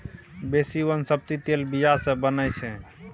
बेसी बनस्पति तेल बीया सँ बनै छै